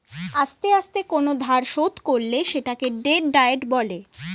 আস্তে আস্তে কোন ধার শোধ করলে সেটাকে ডেট ডায়েট বলে